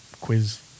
quiz